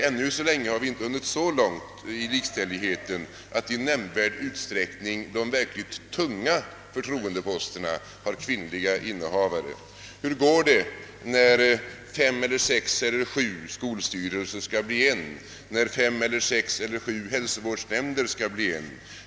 Ännu så länge har vi inte hunnit så långt i likställighet att de verkligt tunga förtroendeposterna i nämnvärd utsträckning har kvinnliga innehavare. Hur går det, när fem eller sex eller sju skolstyrelser skall bli en, när fem eller sex eller sju hälsovårdsnämnder skall bli en?